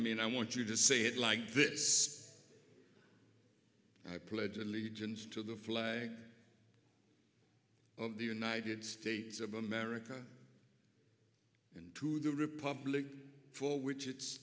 mean i want you to say it like this i pledge allegiance to the flag of the united states of america and to the republic for which i